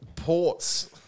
Ports